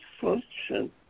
function